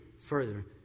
further